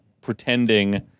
pretending